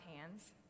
hands